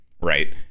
right